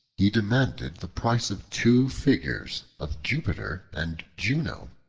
he demanded the price of two figures of jupiter and juno.